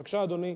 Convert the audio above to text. בבקשה, אדוני.